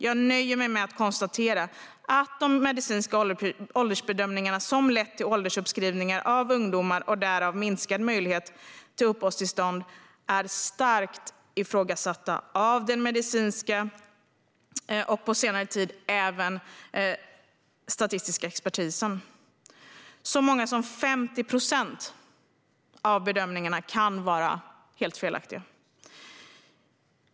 Jag nöjer mig med att konstatera att de medicinska åldersbedömningarna, som lett till åldersuppskrivningar av ungdomar och därmed minskad möjlighet till uppehållstillstånd, är starkt ifrågasatta av den medicinska och på senare tid även den statistiska expertisen. Så många som 50 procent av bedömningarna kan vara helt felaktiga.